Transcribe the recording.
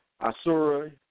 Asura